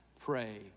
pray